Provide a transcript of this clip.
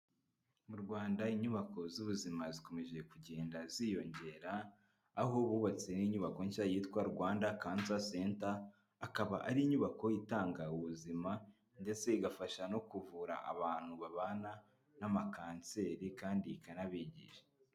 Mu Rwanda inyubako z'ubuzima zikomeje kugenda ziyongera, aho bubatse n'inyubako nshya yitwa Rwanda kansa senta. Akaba ari inyubako itanga ubuzima ndetse igafasha no kuvura abantu babana n'ama kanseri kandi ikanabigisha.